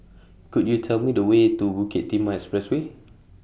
Could YOU Tell Me The Way to Bukit Timah Expressway